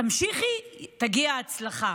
תמשיכי ותגיע הצלחה.